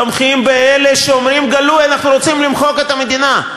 תומכים באלה שאומרים בגלוי: אנחנו רוצים למחוק את המדינה.